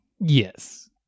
Yes